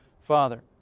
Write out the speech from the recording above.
Father